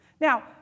Now